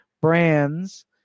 brands